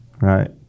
right